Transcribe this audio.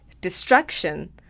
destruction